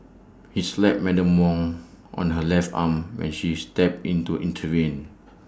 he slapped Madam Wang on her left arm when she stepped in to intervene